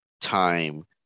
time